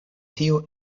tiu